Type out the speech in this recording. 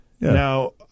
Now